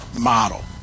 model